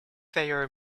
thayer